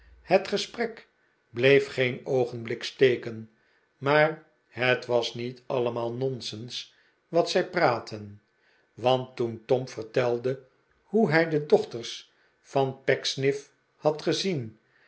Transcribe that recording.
het gesprek bleef geen oogenblik steken maar het was niet allemaal nonsens wat zij praatten want toen tom vertelde hoe hij de dochters van pecksniff had gezien